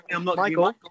Michael